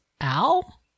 Al